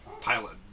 pilot